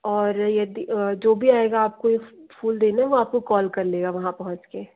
और यदि जो भी आएगा आपको ये फूल देने वो आपको कॉल कर लेगा वहाँ पहुँचके